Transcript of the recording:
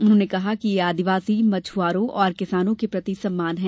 उन्होंने कहा कि यह आदिवासी मछुआरों और किसानों के प्रति सम्मान है